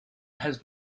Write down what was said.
has